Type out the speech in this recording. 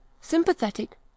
sympathetic